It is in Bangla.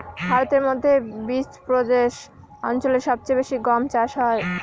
ভারতের মধ্যে বিচপ্রদেশ অঞ্চলে সব চেয়ে বেশি গম চাষ হয়